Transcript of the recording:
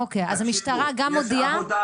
אוקיי, אז המשטרה גם מודיעה?